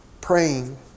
praying